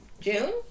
June